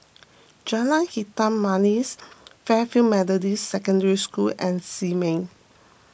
Jalan Hitam Manis Fairfield Methodist Secondary School and Simei